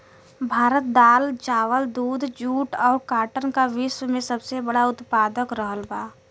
भारत दाल चावल दूध जूट और काटन का विश्व में सबसे बड़ा उतपादक रहल बा